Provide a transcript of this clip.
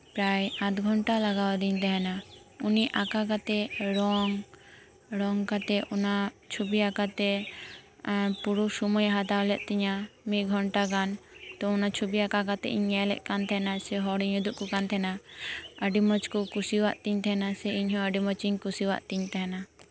ᱯᱨᱟᱭ ᱟᱫᱷ ᱜᱷᱚᱱᱴᱟ ᱞᱟᱜᱟᱣ ᱟᱹᱫᱤᱧ ᱛᱟᱦᱮᱱᱟ ᱩᱱᱤ ᱟᱸᱠᱟᱣ ᱠᱟᱛᱮᱫ ᱨᱚᱝ ᱨᱚᱝᱠᱟᱛᱮᱫ ᱚᱱᱟ ᱪᱷᱚᱵᱤ ᱟᱸᱠᱟᱣᱛᱮ ᱯᱩᱨᱟᱹ ᱥᱚᱢᱚᱭᱮ ᱦᱟᱛᱟᱣ ᱞᱮᱫ ᱛᱤᱧᱟᱹ ᱢᱤᱫᱽᱜᱷᱚᱱᱴᱟ ᱜᱟᱱ ᱛᱚ ᱚᱱᱟ ᱪᱷᱚᱵᱤ ᱟᱸᱠᱟᱣ ᱠᱟᱛᱮᱫ ᱤᱧ ᱧᱮᱞᱮᱫ ᱠᱟᱱ ᱛᱟᱦᱮᱱᱟ ᱥᱮ ᱦᱚᱲᱤᱧ ᱩᱫᱩᱜ ᱟᱠᱚ ᱠᱟᱱ ᱛᱟᱦᱮᱱᱟ ᱟᱹᱰᱤ ᱢᱚᱸᱡᱽ ᱠᱚ ᱠᱩᱥᱤᱭᱟᱫ ᱛᱤᱧ ᱛᱟᱦᱮᱱᱟ ᱥᱮ ᱤᱧ ᱦᱚ ᱟᱹᱰᱤ ᱢᱚᱸᱡᱽ ᱤᱧ ᱠᱩᱥᱤᱭᱟᱜ ᱛᱤᱧ ᱛᱟᱦᱮᱱᱟ